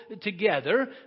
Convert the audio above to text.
together